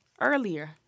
earlier